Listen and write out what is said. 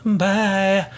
Bye